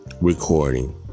recording